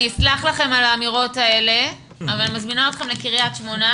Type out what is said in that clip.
יודע לומר לכם את המצב בו אני נמצא.